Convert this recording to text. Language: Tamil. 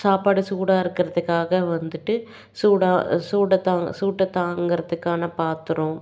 சாப்பாடு சூடாக இருக்கிறதுக்காக வந்துட்டு சூடாக சூடை தாங்க சூட்டை தாங்கிறத்துக்கான பாத்திரம்